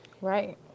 Right